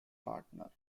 partner